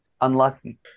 Unlucky